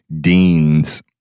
deans